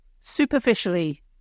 Superficially